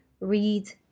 Read